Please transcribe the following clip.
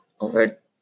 over